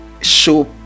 show